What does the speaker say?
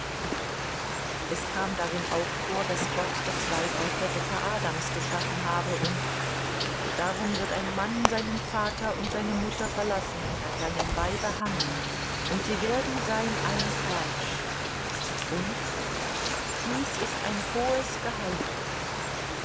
es kam darin auch vor daß gott das weib aus der rippe adams geschaffen habe und darum wird ein mann seinen vater und seine mutter verlassen und an seinem weibe hangen und sie werden sein ein fleisch und dies ist ein hohes geheimnis